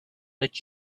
that